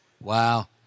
Wow